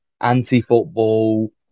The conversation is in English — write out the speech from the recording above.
Anti-football